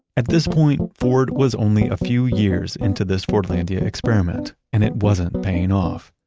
at this point, ford was only a few years into this fordlandia experiment, and it wasn't paying off.